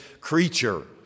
creature